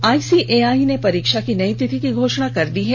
I C A I ने परीक्षा की नयी तिथि की घोषणा भी कर दी है